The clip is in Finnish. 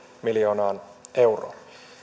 miljoonaan euroon